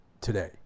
today